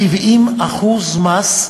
70% מס,